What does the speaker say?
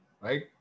Right